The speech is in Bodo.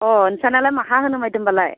अ नोंसोरनालाय बहा होनो सानदोंबालाय